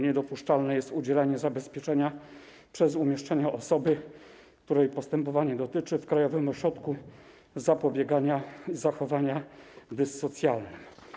Niedopuszczalne jest udzielanie zabezpieczenia przez umieszczenie osoby, której postępowanie dotyczy, w Krajowym Ośrodku Zapobiegania Zachowaniom Dyssocjalnym.